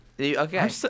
Okay